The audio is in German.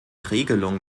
regelung